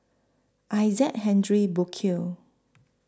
Isaac Henry Burkill